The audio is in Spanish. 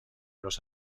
los